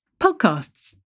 podcasts